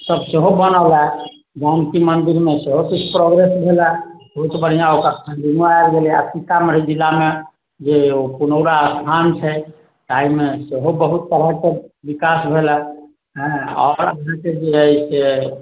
सभ सेहो बनलै गाँवके मन्दिरमे सेहो किछु प्रोग्रेस भेलै बहुत बढ़िआँ ओकरा फन्डिंगो आयल रहे सीतामढ़ी जिलामे जे ओ पुनौराधाम छै ताहिमे बहुत बहुत तरहके विकास भेलै हँ आओर जे हय से